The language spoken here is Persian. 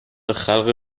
خلق